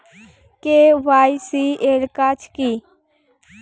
KYC এর কাজ কি?